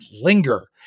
linger